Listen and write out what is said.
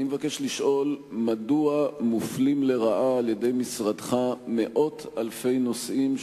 אני מבקש לשאול מדוע מופלים לרעה על-ידי משרדך מאות אלפי נוסעים,